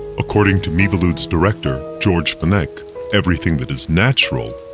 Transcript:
according to miviludes director, georges fenech, everything that is natural,